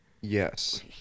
yes